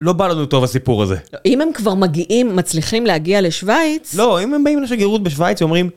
לא בא לנו טוב הסיפור הזה. אם הם כבר מגיעים, מצליחים להגיע לשוויץ... לא, אם הם באים לשגרירות בשוויץ, הם אומרים...